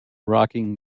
rocking